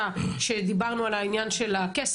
בנושא חיזוק הביטחון האישי של תושבי